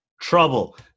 Trouble